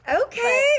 Okay